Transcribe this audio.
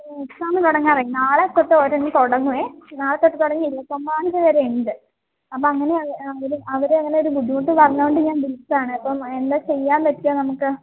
exam തുടങ്ങാറായി നാളെ തൊട്ട് ഓരോന്ന് തുടങ്ങുമേ നാളെ തൊട്ട് തുടങ്ങി ഇരുപത്തൊമ്പതാം തീയതി വരെയുണ്ട് അപ്പം അങ്ങനെയാണ് അതിൽ അവർ അങ്ങനെ ബുദ്ധിമുട്ട് പറഞ്ഞതുകൊണ്ട് ഞാന് വിളിച്ചതാണേ അപ്പം എന്താ ചെയ്യാന് പറ്റുക നമുക്ക്